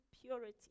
purity